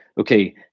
Okay